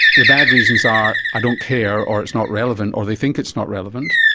the bad reasons are i don't care or it's not relevant or they think it's not relevant,